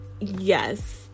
yes